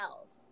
else